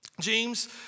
James